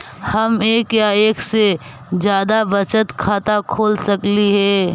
हम एक या एक से जादा बचत खाता खोल सकली हे?